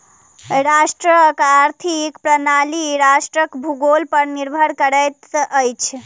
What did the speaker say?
राष्ट्रक आर्थिक प्रणाली राष्ट्रक भूगोल पर निर्भर करैत अछि